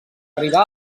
arribar